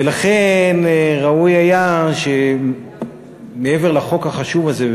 ולכן ראוי היה שמעבר לחוק החשוב הזה,